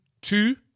two